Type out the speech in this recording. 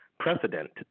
precedent